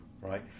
right